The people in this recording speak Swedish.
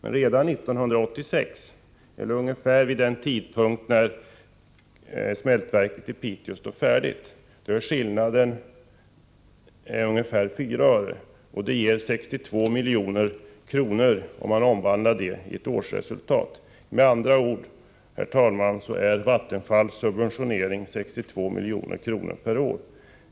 Men redan 1986 — eller ungefär vid den tidpunkt när smältverket i Piteå skulle stå färdigt — är skillnaden ca 4 öre. Det gör 62 milj.kr., omvandlat i ett årsresultat. Vattenfalls subventionering är med andra ord, herr talman, 62 milj.kr. per år.